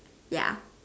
ya